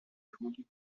rendue